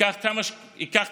ייקח כמה שייקח,